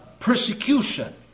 persecution